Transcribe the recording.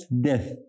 death